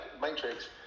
Matrix